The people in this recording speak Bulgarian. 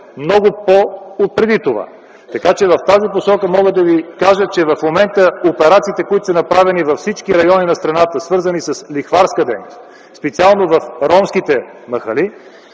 много преди това. Така че в тази посока мога да Ви кажа, че към момента операциите, които са направени във всички райони на страната, свързани с лихварска дейност, специално в ромските махали,